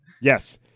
Yes